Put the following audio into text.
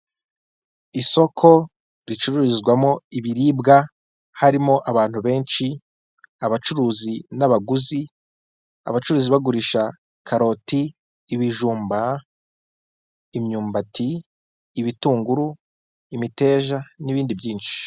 Isoko ricururizwamo ibiribwa harimo abantu benshi abacuruzi n'abaguzi, abacuruzi bagurisha karoti, ibijumba, imyumbati, ibitunguru, imiteje n'ibindi byinshi.